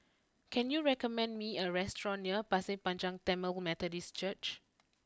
can you recommend me a restaurant near Pasir Panjang Tamil Methodist Church